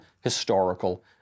historical